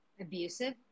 abusive